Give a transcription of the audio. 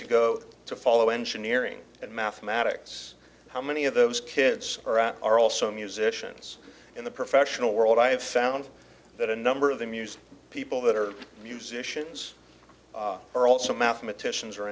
to go to follow engineering and mathematics how many of those kids are also musicians in the professional world i have found that a number of them use people that are musicians are also mathematicians